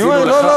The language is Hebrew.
לא,